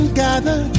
gather